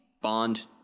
Bond